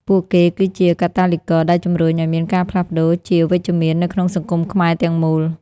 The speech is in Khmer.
ពួកគេគឺជា "កាតាលីករ" ដែលជម្រុញឱ្យមានការផ្លាស់ប្តូរជាវិជ្ជមាននៅក្នុងសង្គមខ្មែរទាំងមូល។